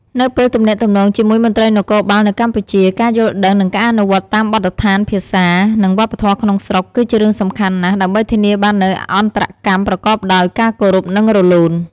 នៅពេលទំនាក់ទំនងជាមួយមន្ត្រីនគរបាលនៅកម្ពុជា ការយល់ដឹង និងការអនុវត្តតាមបទដ្ឋានភាសា និងវប្បធម៌ក្នុងស្រុក គឺជារឿងសំខាន់ណាស់ ដើម្បីធានាបាននូវអន្តរកម្មប្រកបដោយការគោរព និងរលូន។